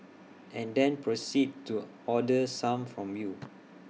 and then proceed to order some from you